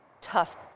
tough